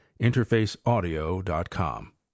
InterfaceAudio.com